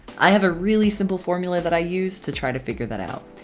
i have a really simple formula that i use to try to figure that out.